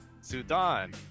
sudan